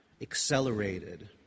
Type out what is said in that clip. accelerated